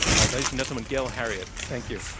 all right. ladies and gentlemen, gail heriot. thank you.